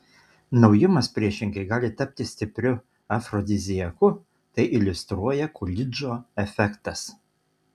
naujumas priešingai gali tapti stipriu afrodiziaku tai iliustruoja kulidžo efektas